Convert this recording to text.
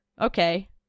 okay